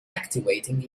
activating